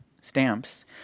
stamps